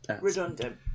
redundant